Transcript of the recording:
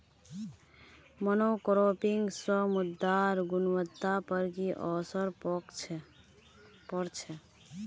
monocropping स मृदार गुणवत्ता पर की असर पोर छेक